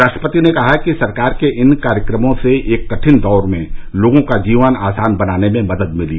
राष्ट्रपति ने कहा कि सरकार के इन कार्यक्रमों से एक कठिन दौर में लोगों का जीवन आसान बनाने में मदद मिली